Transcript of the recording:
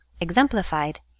exemplified